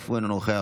אף הוא אינו נוכח,